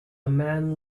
man